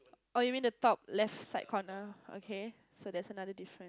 oh you mean the top left side corner okay so there's another different